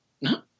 No